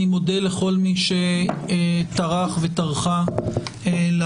אני מודה לכל מי שטרח וטרחה להגיע.